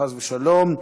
חס ושלום,